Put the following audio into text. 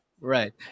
Right